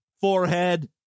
forehead